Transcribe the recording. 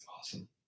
Awesome